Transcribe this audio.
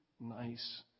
nice